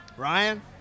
Ryan